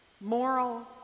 moral